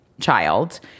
child